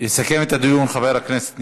יסכם את הדיון חבר הכנסת ניסן,